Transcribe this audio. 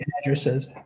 addresses